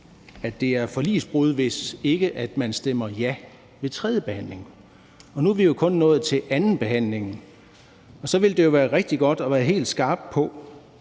det er forligsbrud, hvis ikke man stemmer ja ved tredjebehandlingen. Nu er vi jo kun nået til andenbehandlingen. Så ville det jo være rigtig godt at være helt skarp på,